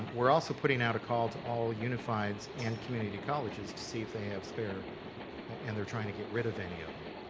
we're also putting out a call to all unified and community colleges to see if they have spare and they're trying to get rid of any of them,